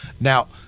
Now